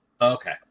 okay